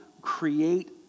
create